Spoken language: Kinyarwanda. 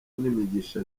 n’imigisha